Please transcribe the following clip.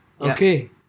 Okay